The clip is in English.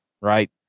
right